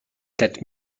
quatre